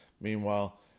Meanwhile